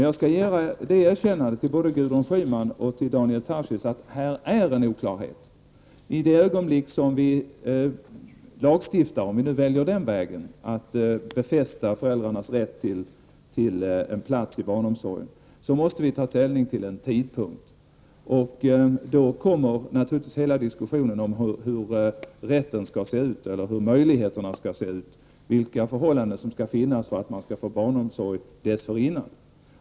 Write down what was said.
Jag skall ge ett erkännande både till Gudrun Schyman och Daniel Tarschys och säga att det finns en oklarhet. I det ögonblick då vi lagstiftar, om vi nu väljer den vägen att befästa föräldrars rätt till en plats i barnomsorgen, så måste vi ta ställning till en tidpunkt och då kommer naturligtvis hela diskussionen om hur rätten skall se ut, hur möjligheterna skall se ut och vilka förhållanden som skall finnas för att man skall få barnomsorg dessförinnan.